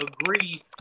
agree